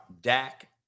Dak